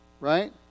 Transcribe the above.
Right